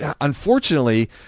unfortunately